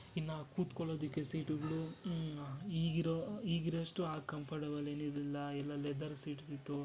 ಇನ್ನು ಕೂತ್ಕೊಳ್ಳೋದಕ್ಕೆ ಸೀಟುಗಳು ಈಗಿರೋ ಈಗಿರೋಷ್ಟು ಆಗ ಕಂಫರ್ಟೇಬಲ್ ಏನೂ ಇರಲಿಲ್ಲ ಎಲ್ಲ ಲೆದರ್ ಸೀಟ್ಸ್ ಇತ್ತು